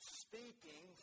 speaking